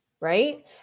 right